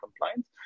compliance